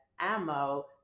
ammo